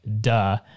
duh